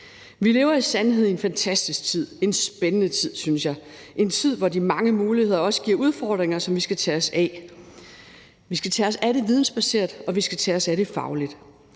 Vi lever i sandhed i en fantastisk tid, en spændende tid, synes jeg. Det er en tid, hvor de mange muligheder også giver udfordringer, som vi skal tage os af. Vi skal tage os af det vidensbaseret, og vi skal tage os af det fagligt.